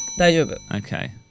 Okay